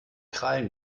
krallen